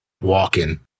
walking